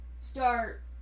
start